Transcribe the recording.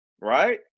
Right